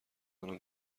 انان